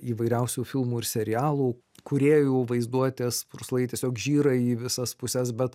įvairiausių filmų ir serialų kūrėjų vaizduotės purslai tiesiog žyra į visas puses bet